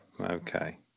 Okay